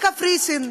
לקפריסין,